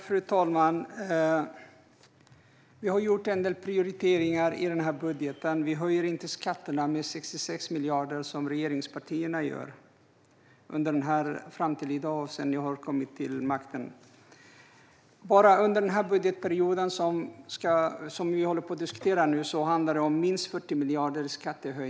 Fru talman! Vi har gjort en del prioriteringar i den här budgeten. Vi höjer inte skatterna med 66 miljarder, som regeringspartierna har gjort sedan de kom till makten och fram till i dag. Bara under budgetperioden som vi diskuterar nu handlar det om skattehöjningar på minst 40 miljarder.